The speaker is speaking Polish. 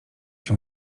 się